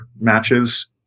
matches